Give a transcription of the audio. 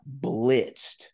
blitzed